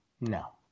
no